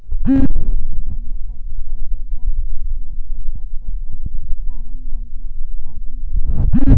मले धंद्यासाठी कर्ज घ्याचे असल्यास कशा परकारे फारम भरा लागन?